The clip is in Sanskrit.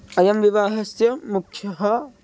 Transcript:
अयं विवाहस्य मुख्यः